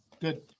Good